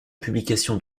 publication